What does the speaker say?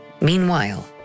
Meanwhile